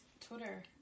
Twitter